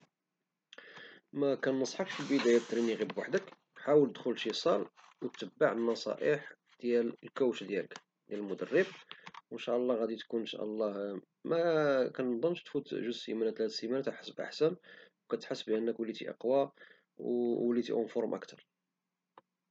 مكنصحكش تريني غير بوحدك في الأول، حاول دخل لشي صال وتبع النصائح ديال الكوتش ديالك، المدرب، وان شاء الله غتولي ، مكنظنش تفوت جوج حتى لثلاثة د السيمانات وتحسن وغتحس بأنك وليتي أقوى ووليتي أونفورم أكثر.